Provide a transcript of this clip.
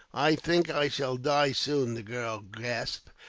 i think i shall die soon, the girl gasped.